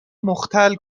مختل